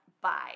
Bye